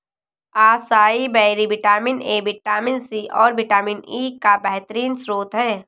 acai berry vitamin A, vitamin C, और vitamin E का बेहतरीन स्त्रोत है